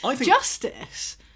Justice